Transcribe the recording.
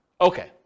Okay